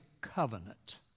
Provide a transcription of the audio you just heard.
covenant